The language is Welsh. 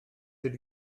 ydy